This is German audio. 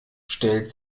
stellt